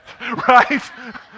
Right